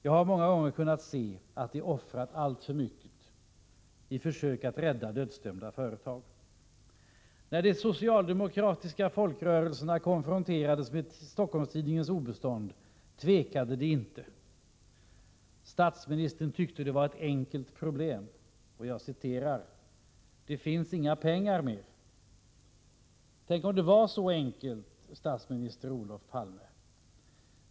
Jag har många gånger kunnat se att de offrat alltför mycket i sina försök att rädda dödsdömda företag. När de socialdemokratiska folkrörelserna konfronterades med Stock holms-Tidningens obestånd tvekade de inte. Statsministern tyckte det var ett enkelt problem: ”Det fanns inga pengar mer.” Tänk om det var så enkelt, statsminister Olof Palme!